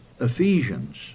Ephesians